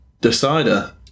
decider